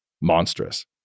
monstrous